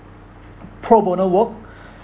pro bono work